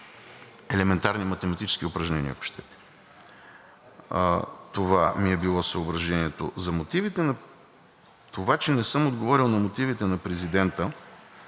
елементарни математически упражнения, ако щете. Това ми е било съображението за мотивите. Това, че не съм отговорил на мотивите на президента.